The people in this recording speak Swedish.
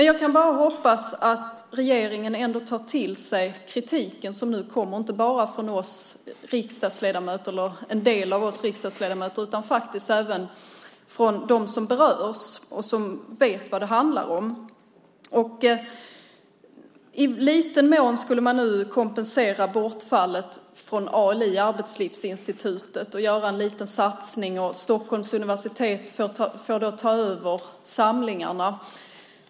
Jag kan bara hoppas att regeringen ändå tar till sig den kritik som nu kommer, inte bara från en del av oss riksdagsledamöter utan faktiskt även från dem som berörs och som vet vad det handlar om. I liten mån skulle man kompensera bortfallet från ALI, Arbetslivsinstitutet, och göra en liten satsning. Stockholms universitet får då ta över samlingarna.